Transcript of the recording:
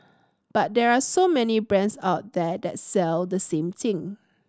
but there are so many brands out there that sell the same thing